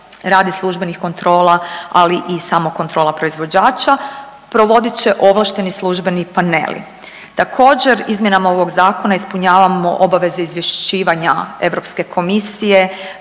radi službenih kontrola, ali i samokontrola proizvođača provodit će ovlašteni službeni paneli. Također, izmjenama ovog zakona ispunjavamo obaveze izvješćivanja Europske komisije